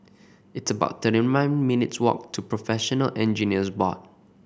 it's about thirty nine minutes' walk to Professional Engineers Board